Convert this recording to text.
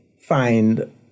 find